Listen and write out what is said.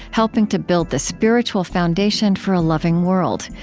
helping to build the spiritual foundation for a loving world.